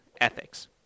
ethics